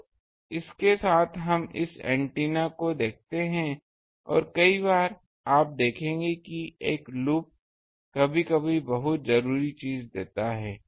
तो इसके साथ हम इस एंटीना को देखते हैं और कई बार आप देखेंगे कि एक लूप कभी कभी बहुत जरूरी चीज देता है